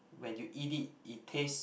when you eat it it taste